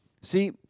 See